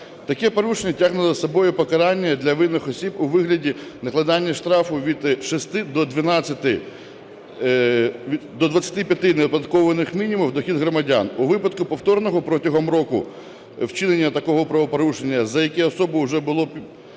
Таке порушення тягне за собою покарання для винних осіб у вигляді накладання штрафу від 6 до 25 неоподаткованих мінімумів доходу громадян. У випадку повторного протягом року вчинення такого правопорушення, за яке особу вже було піддано